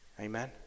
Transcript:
Amen